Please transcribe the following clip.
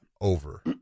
over